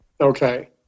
Okay